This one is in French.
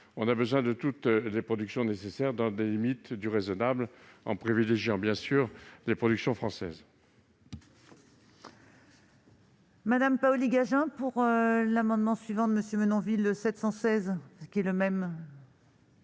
on a besoin de toutes les productions, dans les limites du raisonnable, en privilégiant bien sûr les productions françaises.